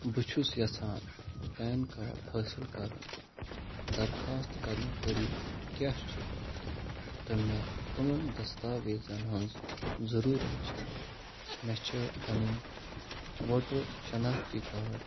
بہٕ چھُس یژھان پین کارڈ حٲصِل کَرُن درخوٛاست کَرنُک طریٖقہٕ کیٛاہ چھُ تہٕ مےٚ کٕمَن دستاویزَن ہنٛز ضروٗرت چھِ مےٚ چھِ پَنٕنۍ ووٹَر شناختی کارڈ